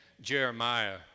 Jeremiah